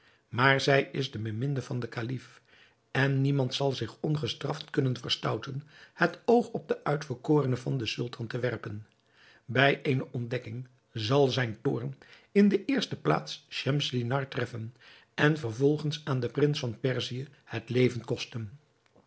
maar zij is de beminde van den kalif en niemand zal zich ongestraft kunnen verstouten het oog op de uitverkorene van den sultan te werpen bij eene ontdekking zal zijn toorn in de eerste plaats schemselnihar treffen en vervolgens aan den prins van perzië het leven kosten